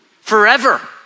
forever